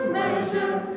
measure